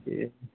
ए